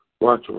watch